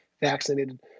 vaccinated